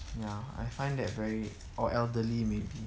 ya I find that very or elderly maybe